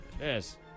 Yes